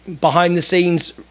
Behind-the-scenes